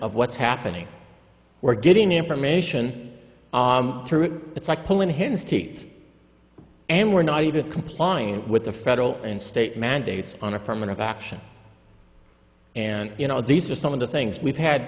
of what's happening we're getting information through it's like pulling hen's teeth and we're not even complying with the federal and state mandates on affirmative action and you know these are some of the things we've had